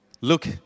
look